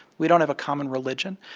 we don't have a common religion.